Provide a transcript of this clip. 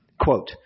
quote